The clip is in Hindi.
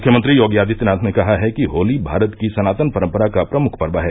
मुख्यमंत्री योगी आदित्यनाथ ने कहा है कि होली भारत की सनातन परम्परा का प्रमुख पर्व है